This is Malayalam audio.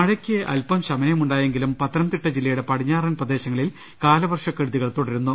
മഴയ്ക്ക് അൽപം ശമനമുണ്ടായെങ്കിലും പത്തനൃംതിട്ട ജില്ലയുടെ പടിഞ്ഞാറൻ പ്രദേശങ്ങളിൽ കാലവർഷക്കെട്ടുതികൾ തുടരുന്നു